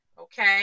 okay